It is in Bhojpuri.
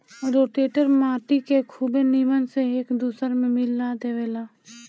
रोटेटर माटी के खुबे नीमन से एक दूसर में मिला देवेला